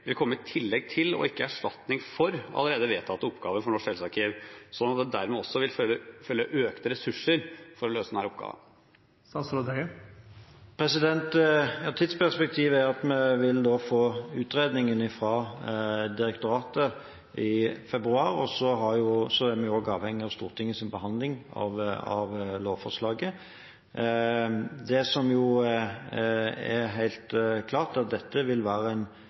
vil komme i tillegg til, og ikke til erstatning for, allerede vedtatte oppgaver for Norsk helsearkiv, slik at det dermed også vil følge med økte ressurser for å løse denne oppgaven. Tidsperspektivet er at vi vil få utredningen fra direktoratet i februar, og så er vi avhengige av Stortingets behandling av lovforslaget. Det som er helt klart, er at dette vil være en